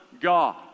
God